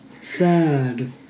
Sad